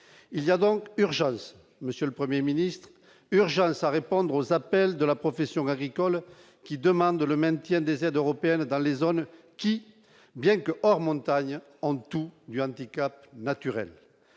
il y a donc urgence monsieur le 1er Ministre urgence à répondre aux appels de la profession agricole qui demandent le maintien des aides européennes, dans les zones qui, bien que hors montagne en tout du handicap naturel